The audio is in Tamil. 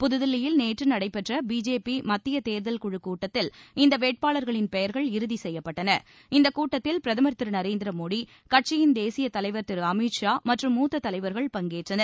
புதுதில்லியில் நேற்று நடைபெற்ற பிஜேபி மத்திய தேர்தல் குழு கூட்டத்தில் இந்த வேட்பாளர்களின் பெயர்கள் இறுதி செய்யப்பட்டன இந்தக் கூட்டத்தில் பிரதமர் திரு நரேந்திரமோடி கட்சியின் தேசிய தலைவர் திரு அமித் ஷா மற்றும் மூத்த தலைவர்கள் பங்கேற்றனர்